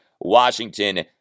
Washington